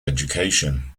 education